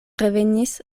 revenis